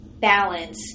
balance